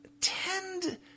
tend